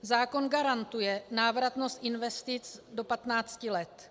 Zákon garantuje návratnost investic do 15 let.